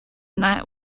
night